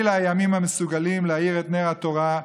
אלה הימים המסוגלים להאיר את נר התורה,